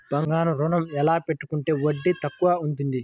బంగారు ఋణం ఎలా పెట్టుకుంటే వడ్డీ తక్కువ ఉంటుంది?